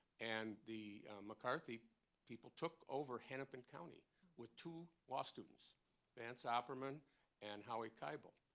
and the mccarthy people took over hennepin county with two law students vance opperman and howie kaibel.